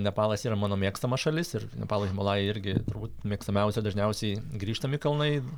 nepalas yra mano mėgstama šalis ir nepalo himalajai irgi turbūt mėgstamiausia dažniausiai grįžtami kalnai